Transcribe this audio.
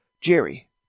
Jerry